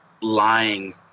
lying